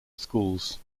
schools